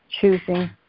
choosing